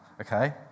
okay